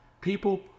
People